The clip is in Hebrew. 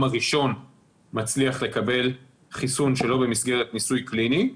הראשון מצליח לקבל חיסון שלא במסגרת ניסוי קליני,